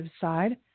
side